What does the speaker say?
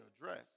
address